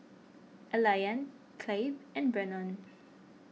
Elian Clabe and Brennon